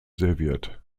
serviert